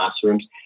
classrooms